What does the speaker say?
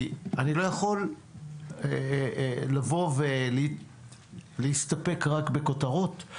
אני לא יכול לבוא ולהסתפק רק בכותרות.